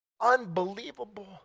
Unbelievable